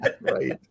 Right